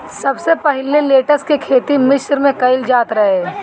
सबसे पहिले लेट्स के खेती मिश्र में कईल जात रहे